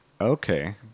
Okay